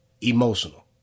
emotional